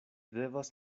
devas